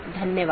धन्यवाद